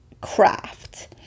craft